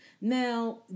Now